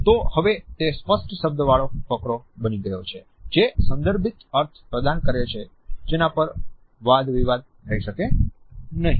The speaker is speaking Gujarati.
તો હવે તે સ્પષ્ટ શબ્દવાળો ફકરો બની ગયો છે જે સંદર્ભિત અર્થ પ્રદાન કરે છે જેના પર વાદ વિવાદ થઇ શકે નહીં